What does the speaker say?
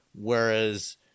whereas